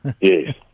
Yes